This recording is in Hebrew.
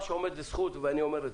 מה שעומד לזכות הבקשה זה